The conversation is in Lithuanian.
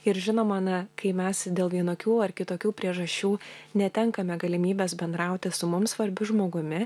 ir žinoma na kai mes dėl vienokių ar kitokių priežasčių netenkame galimybės bendrauti su mums svarbiu žmogumi